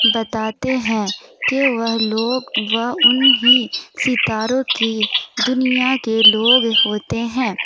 بتاتے ہیں کہ وہ لوگ وہ ان ہی ستاروں کی دنیا کے لوگ ہوتے ہیں